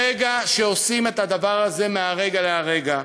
ברגע שעושים את הדבר הזה מרגע לרגע,